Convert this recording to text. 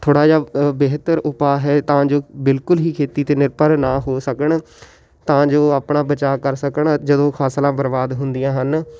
ਥੋੜ੍ਹਾ ਜਿਹਾ ਬਿਹਤਰ ਉਪਾਅ ਹੈ ਤਾਂ ਜੋ ਬਿਲਕੁਲ ਹੀ ਖੇਤੀ 'ਤੇ ਨਿਰਭਰ ਨਾ ਹੋ ਸਕਣ ਤਾਂ ਜੋ ਆਪਣਾ ਬਚਾਅ ਕਰ ਸਕਣ ਜਦੋਂ ਫਸਲਾਂ ਬਰਬਾਦ ਹੁੰਦੀਆਂ ਹਨ